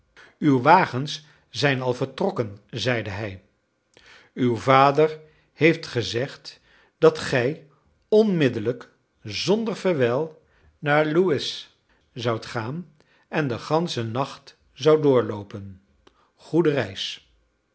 uw wagens zijn al vertrokken zeide hij uw vader heeft gezegd dat gij onmiddellijk zonder verwijl naar lewes zoudt gaan en den ganschen nacht zou doorloopen goede reis